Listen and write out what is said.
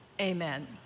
amen